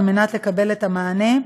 כדי לקבל מענה.